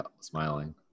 smiling